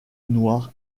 noirs